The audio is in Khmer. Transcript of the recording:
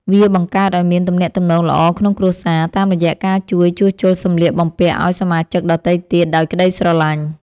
វាបង្កើតឱ្យមានទំនាក់ទំនងល្អក្នុងគ្រួសារ តាមរយៈការជួយជួសជុលសម្លៀកបំពាក់ឱ្យសមាជិកដទៃទៀតដោយក្ដីស្រឡាញ់។